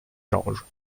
georges